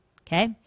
okay